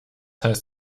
heißt